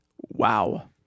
Wow